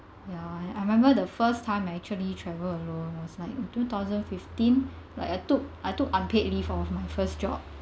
ya I remember the first time I actually travelled alone was like two thousand fifteen like I took I took unpaid leave of my first job